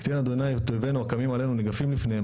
ייתן את אויבנו הקמים עלינו ניגפים לפניהם.